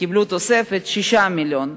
קיבלו תוספת, 6 מיליון.